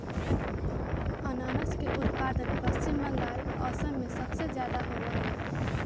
अनानस के उत्पादन पश्चिम बंगाल, असम में सबसे ज्यादा होबा हई